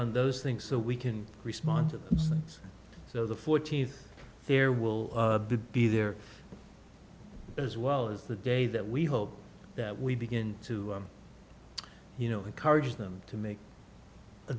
on those things so we can respond to those things so the fourteenth there will be there as well as the day that we hope that we begin to you know encourage them to make a